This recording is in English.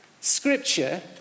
Scripture